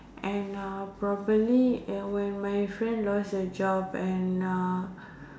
and uh probably and when my friend lost her job and uh